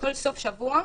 כל סוף שבוע,